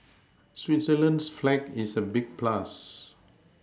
Switzerland's flag is a big plus